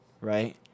right